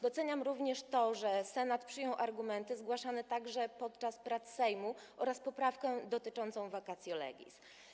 Doceniam również to, że Senat przyjął argumenty zgłaszane także podczas prac Sejmu oraz poprawkę dotyczącą vacatio legis.